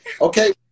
okay